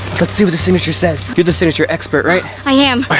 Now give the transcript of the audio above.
let's see what the signature says. you're the signature expert, right? i am.